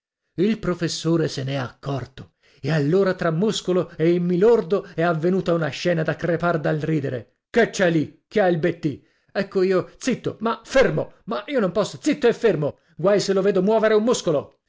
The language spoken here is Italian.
il professore se n'è accorto e allora tra muscolo e il mi lordo è avvenuta una scena da crepar dal ridere che c'è lì che ha il betti ecco io zitto ma fermo ma io non posso zitto e fermo guai se lo vedo muovere un muscolo